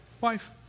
wife